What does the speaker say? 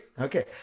Okay